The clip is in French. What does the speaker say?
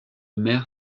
maire